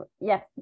yes